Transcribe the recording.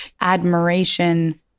admiration